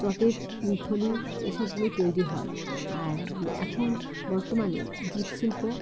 চটের থলি এসবগুলো তৈরি হয় আর এখন বর্তমানে জুট শিল্প